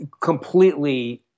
completely